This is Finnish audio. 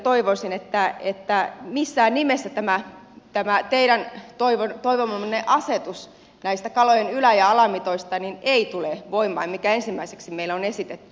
toivoisin että missään nimessä tämä teidän toivomanne asetus näistä kalojen ylä ja alamitoista ei tule voimaan se mikä ensimmäiseksi meille on esitetty